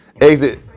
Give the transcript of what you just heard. exit